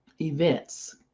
events